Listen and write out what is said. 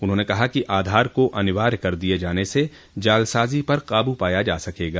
उन्होंने कहा कि आधार को अनिवार्य कर दिए जाने से जालसाजी पर काबू पाया जा सकेगा